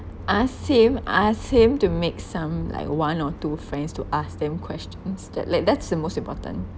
ask him ask him to make some like one or two friends to ask them questions that like that's the most important